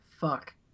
fuck